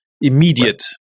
immediate